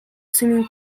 swimming